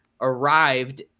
arrived